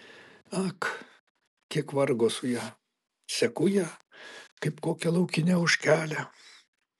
ak kiek vargo su ja seku ją kaip kokią laukinę ožkelę